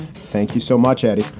thank you so much, eddie.